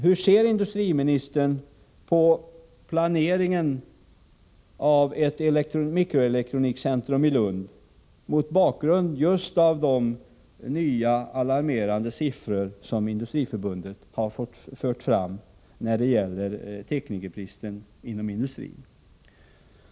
Hur ser industriministern på planeringen av ett mikroelektronikcentrum i Lund mot bakgrund av de alarmerande siffror när det gäller teknikerbristen inom industrin som Industriförbundet har presenterat?